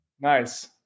Nice